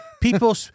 People